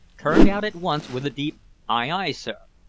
turned out at once with a deep ay, ay, sir.